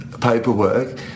paperwork